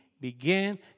began